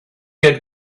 had